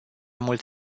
mult